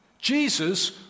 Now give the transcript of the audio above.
Jesus